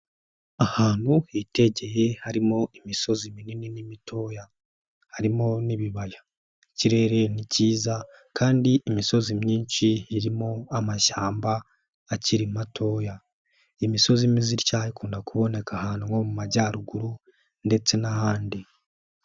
Ahantu hitegeye harimo imisozi minini n'imitoya, harimo n'ibibaya. Ikirere ni cyiza kandi imisozi myinshi irimo amashyamba akiri matoya. Imisozi imeze itya ikunda kuboneka ahantu nko mu majyaruguru ndetse n'ahandi.